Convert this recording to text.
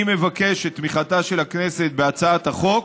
אני מבקש את תמיכתה של הכנסת בהצעת החוק